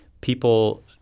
people